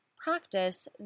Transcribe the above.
practice